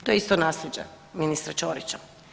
To je isto nasljeđe ministra Čorića.